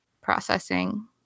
processing